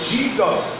Jesus